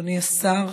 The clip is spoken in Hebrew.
אדוני השר,